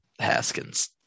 Haskins